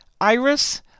iris